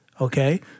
Okay